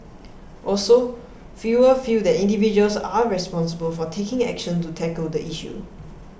also fewer feel that individuals are responsible for taking action to tackle the issue